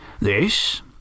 This